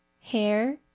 Hair